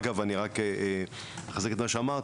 אגב אני רק אחזק את מה שאמרת,